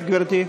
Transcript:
(ב), גברתי?